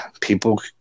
people